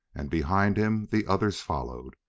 and behind him the others followed,